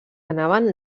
anaven